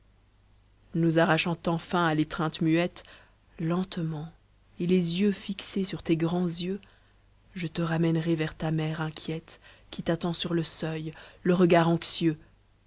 nous enfin à l'étreinte muette lentement et les yeux fixés sur tes grands yeux je te ramènerai vers ta mère inquiète qui t'attend sur le seuil le regard anxieux